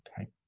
Okay